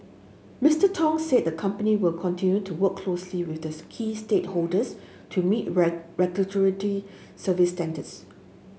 Mister Tong said the company will continue to work closely with this key stakeholders to meet regulatory service standards